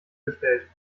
gestellt